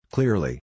Clearly